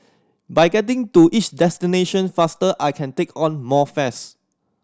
by getting to each destination faster I can take on more fares